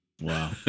Wow